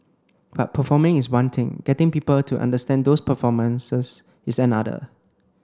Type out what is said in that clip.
but performing is one thing getting people to understand those performances is another